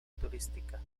turística